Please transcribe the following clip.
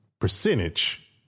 percentage